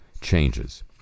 changes